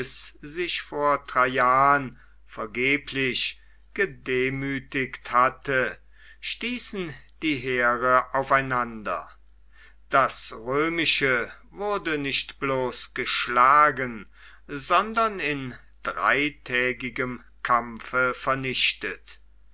sich vor traian vergeblich gedemütigt hatte stießen die heere aufeinander das römische wurde nicht bloß geschlagen sondern in dreitägigem kampfe vernichtet